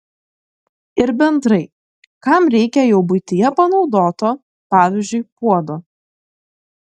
ir bendrai kam reikia jau buityje panaudoto pavyzdžiui puodo